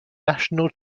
national